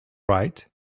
right